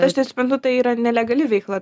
aš tai suprantu tai yra nelegali veikla